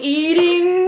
eating